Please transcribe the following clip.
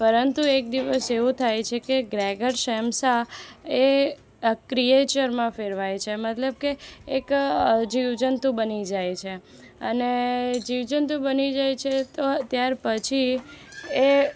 પરંતુ એક દિવસ એવું થાય છે કે ગ્રેગર સેમસા એ ક્રિએચરમાં ફેરવાય છે મતલબ કે એક જીવજંતુ બની જાય છે અને જીવજંતુ બની જાય છે તો ત્યારપછી એ